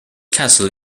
castle